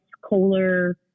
Kohler